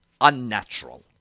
unnatural